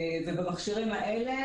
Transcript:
במכשירים האלה,